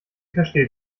versteht